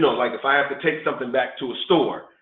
so like if i have to take something back to a store,